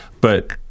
but-